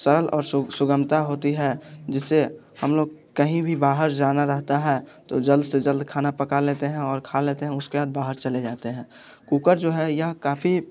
सरल और सुगमता होती है जिससे हम लोग कहीं भी बाहर जाना रहता है तो जल्द से जल्द खाना पका लेते हैं और खा लेते हैं उसके बाद बाहर चले जाते हैं कुकर जो है यह काफ़ी